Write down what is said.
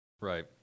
Right